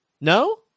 No